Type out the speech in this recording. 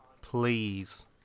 Please